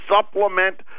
supplement